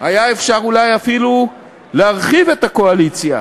היה אפשר אולי אפילו להרחיב את הקואליציה.